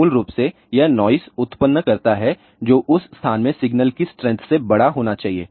मूल रूप से यह नॉइस उत्पन्न करता है जो उस स्थान में सिग्नल की स्ट्रेंथ से बड़ा होना चाहिए